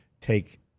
take